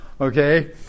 okay